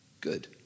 Good